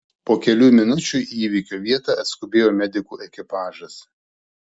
po kelių minučių į įvykio vietą atskubėjo medikų ekipažas